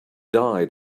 died